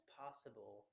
possible